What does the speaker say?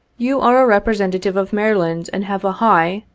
you are a representative of maryland and have a high,